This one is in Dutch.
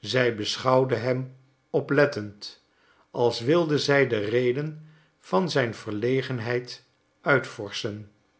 zij beschouwde hem oplettend als wilde zij de reden van zijn verlegenheid uitvorschen